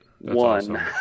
One